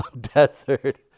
desert